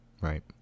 right